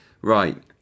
right